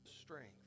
strength